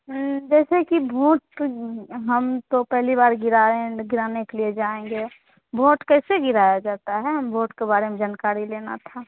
जैसे की भोट हम तो पहली बार गिरा रहे हैं गिराने के लिए जाएँगे भोट कैसे गिराया जाता है हम भोट के बारे में जानकारी लेनी थी